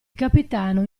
capitano